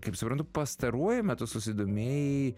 kaip suprantu pastaruoju metu susidomėjai